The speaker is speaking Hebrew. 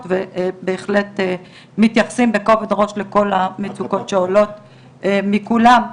ובהחלט מתייחסים בכובד ראש לכל המצוקות שעולות מכולם.